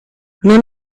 non